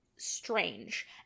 strange